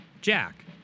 Jack